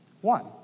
One